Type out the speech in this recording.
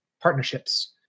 partnerships